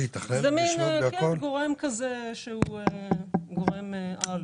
גורם שהוא גורם על.